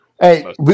Hey